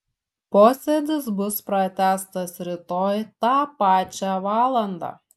posėdis bus pratęstas rytoj tą pačią valandą